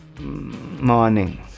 Morning